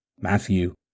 Matthew